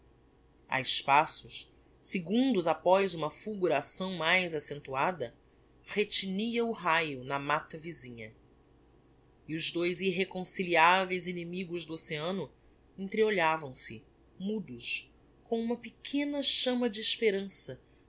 a espaços segundos após uma fulguração mais accentuada retinia o raio na matta vizinha e os dois irreconciliaveis inimigos do oceano entreolhavam se mudos com uma pequena chamma de esperança